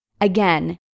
Again